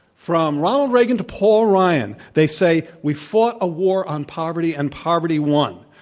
from ronald reagan to paul ryan, they say we fought a war on poverty and poverty won.